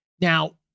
Now